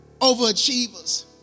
overachievers